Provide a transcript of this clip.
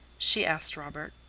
she asked robert.